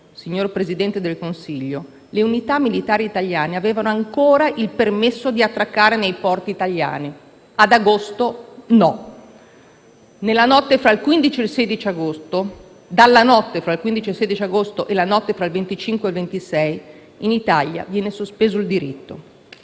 signor Presidente del Consiglio, le unità militari italiane avevano ancora il permesso di attraccare nei porti italiani, ad agosto no. Dalla notte fra il 15 e il 16 agosto e la notte fra il 25 e il 26 agosto in Italia viene sospeso il diritto.